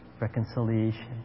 reconciliation